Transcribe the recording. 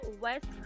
west